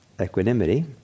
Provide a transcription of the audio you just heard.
equanimity